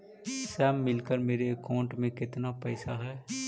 सब मिलकर मेरे अकाउंट में केतना पैसा है?